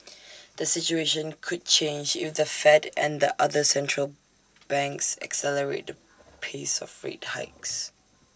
the situation could change if the fed and other central banks accelerate the pace of rate hikes